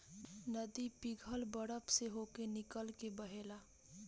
नदी पिघल बरफ से होके निकल के बहेला